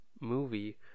movie